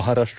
Maharashtra